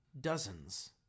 dozens